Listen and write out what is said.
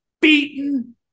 beaten